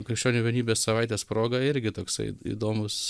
krikščionių vienybės savaitės proga irgi toksai į įdomus